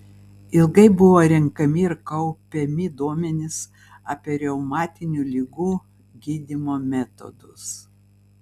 ilgai buvo renkami ir kaupiami duomenys apie reumatinių ligų gydymo metodus